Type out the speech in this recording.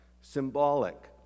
symbolic